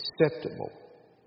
acceptable